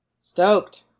Stoked